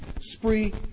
spree